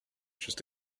just